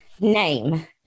name